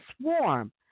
swarm